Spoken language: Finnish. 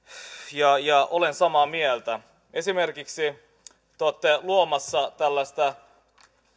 ja olen samaa mieltä te olette esimerkiksi luomassa tällaista